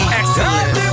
excellent